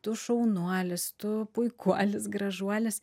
tu šaunuolis tu puikuolis gražuolis